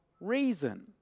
reason